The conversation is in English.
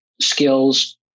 skills